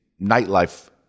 nightlife